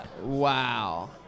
Wow